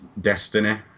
Destiny